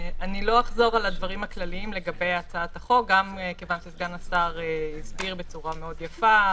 אנחנו מדברים על הצעת חוק שמטרתה ליצור סמכות לממשלה לקבוע בהכרזה,